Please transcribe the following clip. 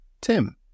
Tim